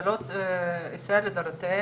ואת הפיתוח של השכונות החדשות.